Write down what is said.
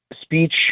speech